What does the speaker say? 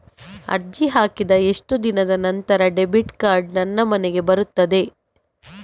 ಅರ್ಜಿ ಹಾಕಿದ ಎಷ್ಟು ದಿನದ ನಂತರ ಡೆಬಿಟ್ ಕಾರ್ಡ್ ನನ್ನ ಮನೆಗೆ ಬರುತ್ತದೆ?